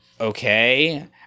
Okay